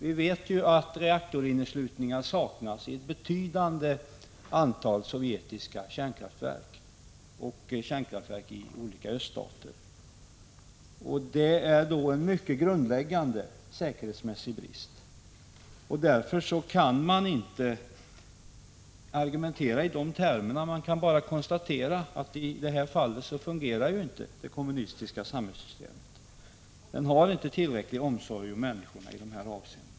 Vi vet att reaktorinneslutningar saknas i ett betydande antal sovjetiska kärnkraftverk och i kärnkraftverk i olika öststater. Detta är en grundläggande brist i säkerheten. Därför kan man inte argumentera i de termerna. Man kan bara konstatera att i det här avseendet fungerar inte det kommunistiska samhällssystemet. Inom det systemet hyser man inte tillräcklig omsorg om människorna i dessa avseenden.